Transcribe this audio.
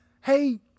Hey